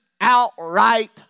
outright